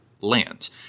Lands